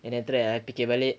and then after that I fikir balik